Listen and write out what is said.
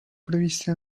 previste